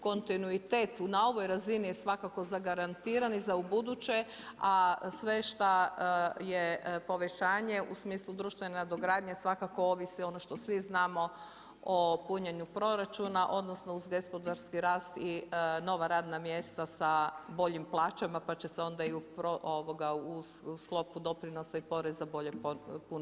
Kontinuitet na ovoj razini je svakako zagarantirani i za ubuduće, a sve šta je povećanje u smislu društvene nadogradnje svakako ovisi ono što svi znamo o punjenju proračuna odnosno uz gospodarski rast i nova radna mjesta sa boljim plaćama pa će se i u sklopu doprinosa i poreza bolje puniti proračun.